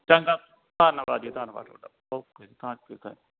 ਚੰਗਾ ਧੰਨਵਾਦ ਜੀ ਧੰਨਵਾਦ ਤੁਹਾਡਾ ਓਕੇ ਜੀ ਥੈਂਕ ਯੂ ਥੈਂਕ ਯੂ